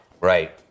Right